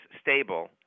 stable